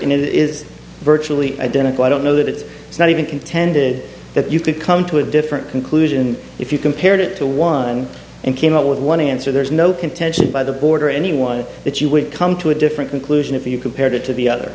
is virtually identical i don't know that it's it's not even contended that you could come to a different conclusion if you compared it to one and came up with one answer there is no contention by the board or anyone that you would come to a different conclusion if you compared it to the other